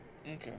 Okay